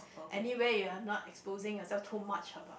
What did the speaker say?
anyway you're not exposing yourself too much about